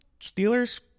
Steelers